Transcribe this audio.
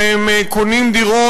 שהם קונים דירות,